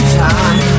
time